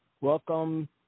Welcome